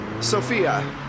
Sophia